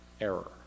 Error